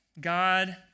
God